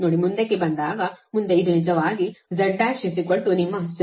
ನೋಡಿ ಮುಂದಕ್ಕೆ ಬಂದಾಗ ಮುಂದೆ ಇದು ನಿಜವಾಗಿ Z1 ನಿಮ್ಮ ZC